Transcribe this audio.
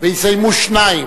ויסיימו שניים,